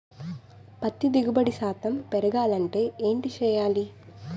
పత్తి దిగుబడి శాతం పెరగాలంటే ఏంటి చేయాలి?